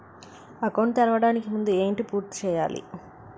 Account తెరవడానికి ముందు ఏంటి పూర్తి చేయాలి?